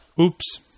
oops